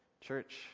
Church